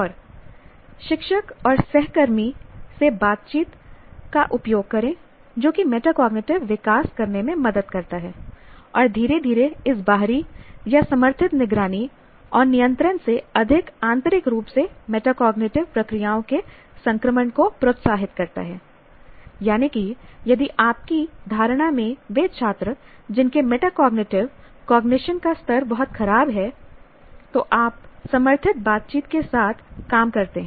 और शिक्षक और सहकर्मी से बातचीत का उपयोग करें जो कि मेटाकॉग्निटिव विकास करने में मदद करता है और धीरे धीरे इस बाहरी या समर्थित निगरानी और नियंत्रण से अधिक आंतरिक रूप से मेटाकॉग्निटिव प्रक्रियाओं के संक्रमण को प्रोत्साहित करता है यानी कि यदि आपकी धारणा में वे छात्र जिनके मेटाकॉग्निटिव कॉग्निशन का स्तर बहुत खराब है तो आप समर्थित बातचीत के साथ काम करते हैं